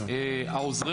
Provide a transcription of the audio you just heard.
עוזרי